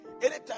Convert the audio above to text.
anytime